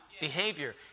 behavior